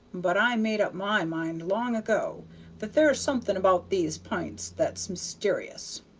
but i made up my mind long ago that there's something about these p'ints that's myster'ous.